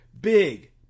big